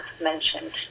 mentioned